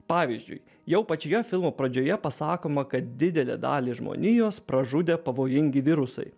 pavyzdžiui jau pačioje filmo pradžioje pasakoma kad didelę dalį žmonijos pražudė pavojingi virusai